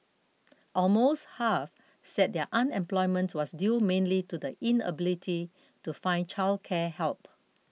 almost half said their unemployment was due mainly to the inability to find childcare help